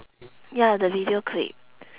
ya the video clip